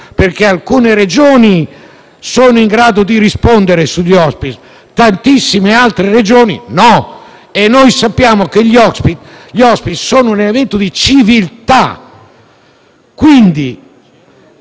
perché alcune Regioni sono in grado di rispondere sugli *hospice* ma tante altre Regioni non lo sono. E noi sappiamo che gli *hospice* sono un elemento di civiltà.